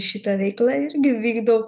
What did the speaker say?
šitą veiklą irgi vykdau